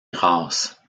grâce